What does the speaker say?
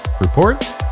report